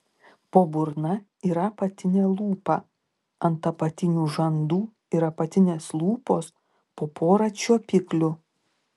po burna yra apatinė lūpa ant apatinių žandų ir apatinės lūpos po porą čiuopiklių